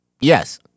yes